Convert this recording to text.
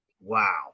wow